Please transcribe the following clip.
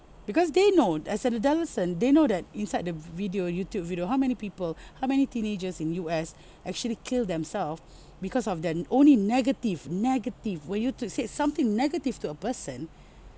because they know as an adolescent they know that inside the video youtube video how many people how many teenagers in U_S actually kill themself because of that only negative negative were you to say something negative to a person